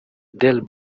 del